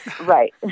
Right